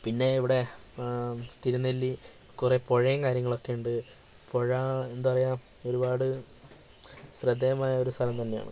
പിന്നെ ഇവിടെ തിരുനെല്ലി കുറെ പുഴയും കാര്യങ്ങളും ഒക്കെ ഉണ്ട് പുഴ എന്താ പറയുക ഒരുപാട് ശ്രദ്ധേയമായ ഒരു സ്ഥലം തന്നെയാണ്